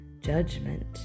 judgment